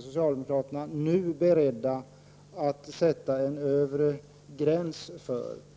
socialdemokraterna inte nu beredda att sätta en övre gäns för stödet till experimentbyggande.